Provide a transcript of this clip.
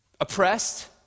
oppressed